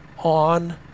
On